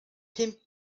pum